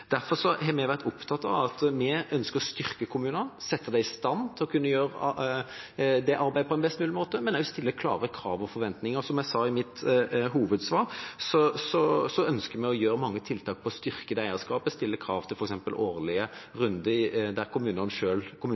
Derfor har vi vært opptatt av at vi ønsker å styrke kommunene, sette dem i stand til å kunne gjøre det arbeidet på en best mulig måte, men også stille klare krav og forventninger. Som jeg sa i mitt hovedsvar, ønsker vi å gjøre mange tiltak for å styrke det eierskapet, stille krav til f.eks. årlige runder der kommunestyrene selv må vurdere tilbudet. Når det gjelder behovet, er det kommunene